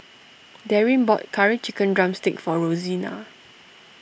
Darryn bought Curry Chicken Drumstick for Rosena